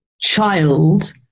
child